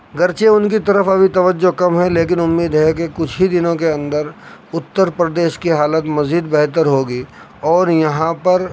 گرچہ ان کی طرف ابھی توجہ کم ہے لیکن امید ہے کہ کچھ ہی دنوں کے اندر اتر پردیش کی حالت مزید بہتر ہوگی اور یہاں پر